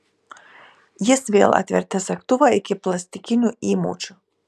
jis vėl atvertė segtuvą iki plastikinių įmaučių